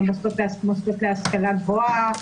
מוסדות להשכלה גבוהה,